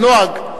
הנוהג,